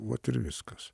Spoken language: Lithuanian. vat ir viskas